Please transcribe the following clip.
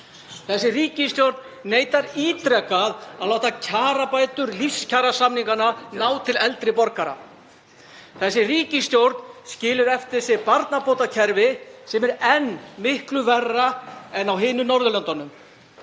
Þessi ríkisstjórn neitar ítrekað að láta kjarabætur lífskjarasamninganna ná til eldri borgara. Þessi ríkisstjórn skilur eftir sig barnabótakerfi sem er enn þá miklu verra en annars staðar á Norðurlöndunum.